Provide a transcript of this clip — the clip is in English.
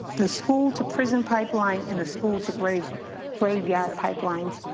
the school to prison pipeline and the school to grave graveyard pipelines.